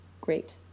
Great